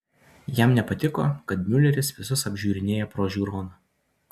jam nepatiko kad miuleris visus apžiūrinėja pro žiūroną